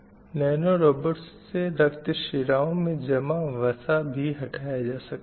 nano robots से रक्त शिराओं में जमा वसा भी हटाया जा सकता है